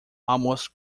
almost